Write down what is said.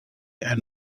and